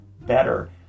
better